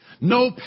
No